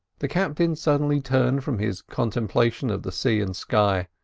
the captain suddenly turned from his contemplation of the sea and sky,